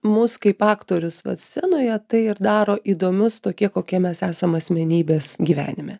mus kaip aktorius scenoje tai ir daro įdomius tokie kokie mes esam asmenybės gyvenime